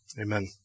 Amen